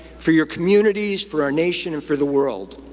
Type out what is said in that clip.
for your communities, for our nation, and for the world.